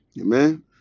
Amen